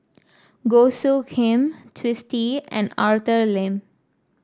Goh Soo Khim Twisstii and Arthur Lim